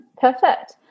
Perfect